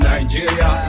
Nigeria